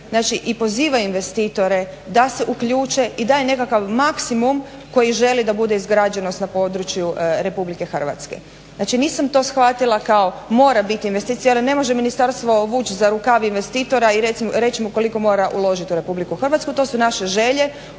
i poziva investitore da se uključe i daje nekakav maksimum koji žele da bude izgrađenost na području Republike Hrvatske. Znači nisam to shvatila kao mora biti investicija jer ne može Ministarstvo vući za rukav investitora i reći mu koliko mora uložit u Republiku Hrvatsku. To su naše želje,